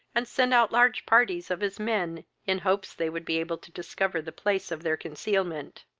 and sent out large parties of his men, in hopes they would be able to discover the place of their concealment.